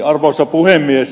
arvoisa puhemies